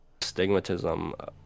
stigmatism